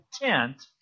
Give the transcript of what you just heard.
intent